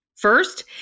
First